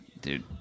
Dude